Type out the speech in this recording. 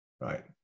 right